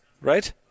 right